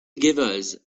givers